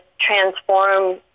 transform